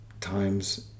times